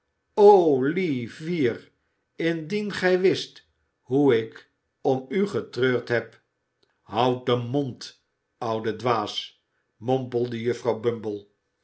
vier indien gij wist hoe ik om u getreurd heb houd den mond oude dwaas mompelde juffrouw bumble